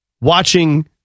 watching